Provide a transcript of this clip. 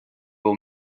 will